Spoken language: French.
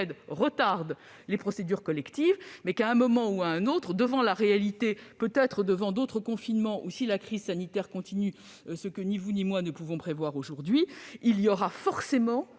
retarder les procédures collectives, mais à un moment ou à un autre, face à la réalité, ou à la suite d'autres confinements si la crise sanitaire devait se prolonger, ce que ni vous ni moi ne pouvons prévoir aujourd'hui, il y aura forcément